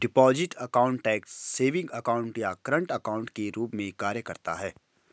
deposit account tax savings account या current account के रूप में कार्य करता है